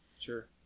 sure